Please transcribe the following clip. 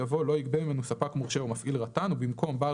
יבוא "לא יגבה ממנו ספק מורשה או מפעיל רט"ן" ובמקום "בעל